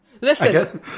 Listen